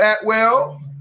Atwell